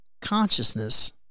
consciousness